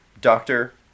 Doctor